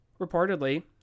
Reportedly